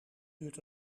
duurt